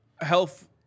Health